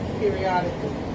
periodically